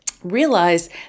realize